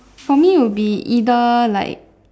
for me would be either like